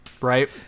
right